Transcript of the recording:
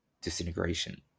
disintegration